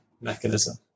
mechanism